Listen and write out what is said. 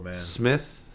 Smith